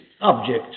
object